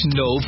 no